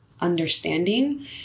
understanding